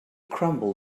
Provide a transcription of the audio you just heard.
crumble